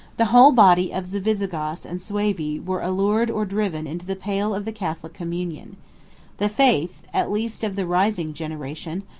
the whole body of the visigoths and suevi were allured or driven into the pale of the catholic communion the faith, at least of the rising generation,